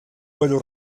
vuelo